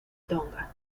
tonga